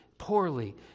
poorly